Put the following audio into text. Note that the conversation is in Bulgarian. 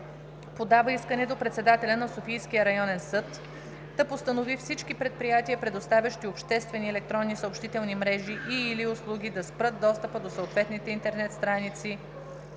подава искане до председателя на Софийския районен съд да постанови всички предприятия, предоставящи обществени електронни съобщителни мрежи и/или услуги, да спрат достъпа до съответните интернет страници